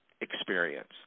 experience